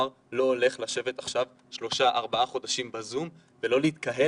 התפרסמה ידיעה עכשיו שראשי ערים ב-15 ערים לקחו